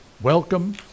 Welcome